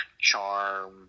Charm